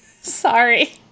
Sorry